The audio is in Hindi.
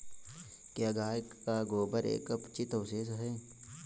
क्या गाय का गोबर एक अपचित अवशेष है?